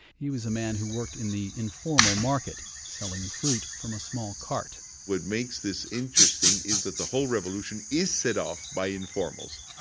he was a man who worked in the informal market selling fruit from a small cart what makes this interesting is that the whole revolution is set off by informals,